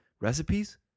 recipes